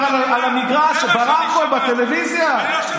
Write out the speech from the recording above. זה מה, זה כבר על המגרש, זה ברמקול, בטלוויזיה.